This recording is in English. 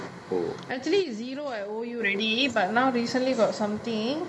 oh actually zero I owe you already but not recently got something